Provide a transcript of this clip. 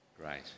Great